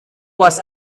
was